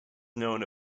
known